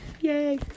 Yay